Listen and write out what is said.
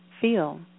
feel